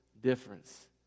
difference